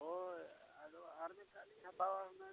ᱦᱳᱭ ᱟᱫᱚ ᱟᱨ ᱢᱤᱫᱴᱟᱝ ᱞᱤᱧ ᱦᱟᱛᱟᱣᱟ ᱚᱱᱟ ᱜᱮᱞᱤᱧ